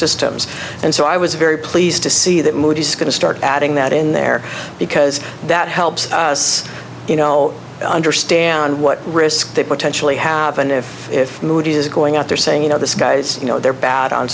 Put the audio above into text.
systems and so i was very pleased to see that moody's going to start adding that in there because that helps us you know understand what risk they potentially have and if the mood is going out there saying you know this guy's you know they're bad on